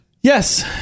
Yes